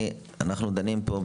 אנחנו דנים פה,